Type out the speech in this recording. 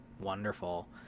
wonderful